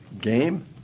Game